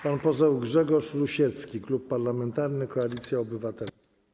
Pan poseł Grzegorz Rusiecki, Klub Parlamentarny Koalicja Obywatelska.